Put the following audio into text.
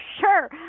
sure